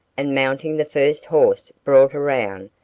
and mounting the first horse brought around,